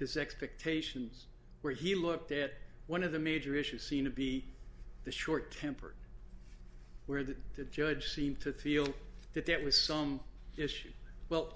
his expectations where he looked at one of the major issues seem to be the short tempered where that the judge seemed to feel that there was some issue well